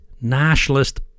nationalist